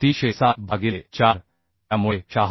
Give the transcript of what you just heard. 307 भागिले 4 त्यामुळे 76